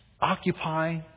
occupy